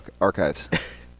archives